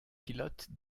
pilote